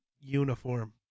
uniform